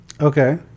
Okay